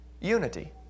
Unity